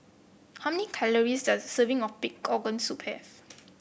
how many calories does a serving of Pig's Organ Soup have